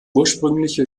ursprüngliche